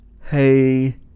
Hey